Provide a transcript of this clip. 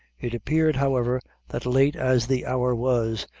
it appeared, however, that late as the hour was,